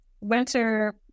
Winter